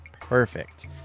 perfect